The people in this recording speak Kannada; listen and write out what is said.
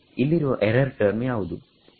ಇಲ್ಲಿರುವ ಎರರ್ ಟರ್ಮ್ ಯಾವುದು